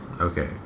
Okay